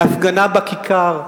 להפגנה בכיכר.